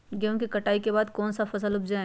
गेंहू के कटाई के बाद कौन सा फसल उप जाए?